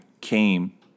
came